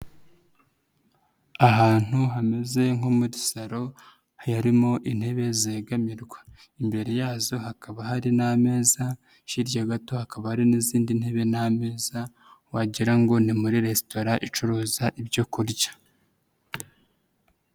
Ahantu hameze nko muri salo, harimo intebe zegamirwa. Imbere yazo hakaba hari n'ameza, hirya gato hakaba hari n'izindi ntebe n'ameza wagira ngo ni muri resitora icuruza ibyokurya.